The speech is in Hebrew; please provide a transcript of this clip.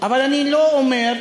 אבל אני לא אומר,